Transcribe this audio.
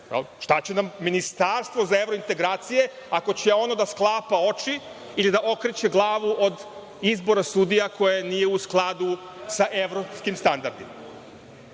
Šta će nam ministarstvo za evrointegracije ako će ono da sklapa oči ili da okreće glavu od izbora sudija koje nije u skladu sa evropskim standardima. Daću